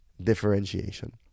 Differentiation